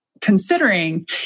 considering